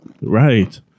right